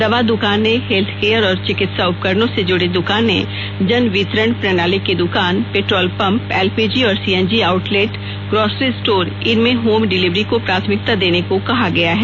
दवा दुकानें health care और चिकित्सा उपकरणों से जुड़ी दुकानें जन वितरण प्रणाली की दुकान पेट्रोल पंप एलपीजी और सीएनजी आउटलेट ग्रॉसरी स्टोर इनमें होम डिलीवरी को प्राथमिकता देने को कहा गया है